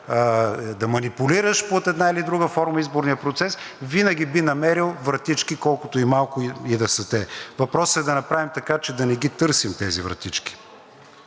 да манипулираш под една или друга форма изборния процес, винаги би намерил вратички, колкото и малко да са те. Въпросът е да направим, така че да не ги търсим тези вратички.